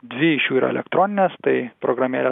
dvi iš jų yra elektroninės tai programėlė